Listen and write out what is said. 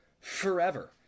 forever